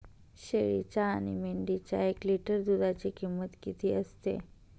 शेळीच्या आणि मेंढीच्या एक लिटर दूधाची किंमत किती असते?